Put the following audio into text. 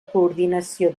coordinació